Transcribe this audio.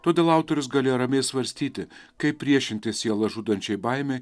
todėl autorius galėjo ramiai svarstyti kaip priešintis sielą žudančiai baimei